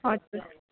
हजुर